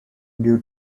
due